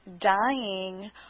dying